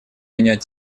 менять